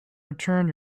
return